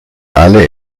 alle